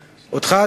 אותך,